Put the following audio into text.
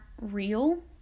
real